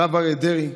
הרב אריה דרעי,